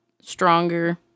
stronger